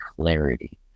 clarity